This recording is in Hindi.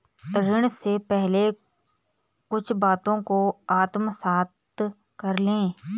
ऋण लेने से पहले कुछ बातों को आत्मसात कर लें